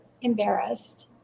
embarrassed